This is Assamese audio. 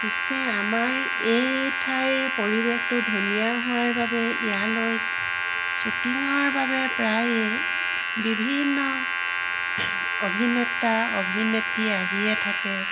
পিছে আমাৰ এই ঠাইৰ পৰিৱেশটো ধুনীয়া হোৱাৰ বাবে ইয়ালৈ শ্বুটিঙৰ বাবে প্ৰায়ে বিভিন্ন অভিনেতা অভিনেত্ৰী আহিয়ে থাকে